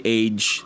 age